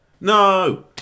No